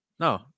No